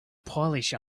polish